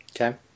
Okay